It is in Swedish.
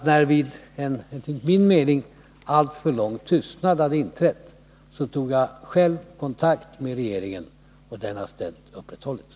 När en enligt min mening alltför lång tystnad hade inträtt tog jag själv kontakt med regeringen, och den kontakten har ständigt upprätthållits.